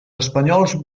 espanyols